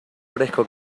fresco